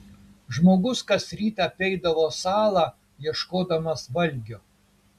žmogus kas rytą apeidavo salą ieškodamas valgio